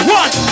one